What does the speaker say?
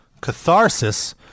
Catharsis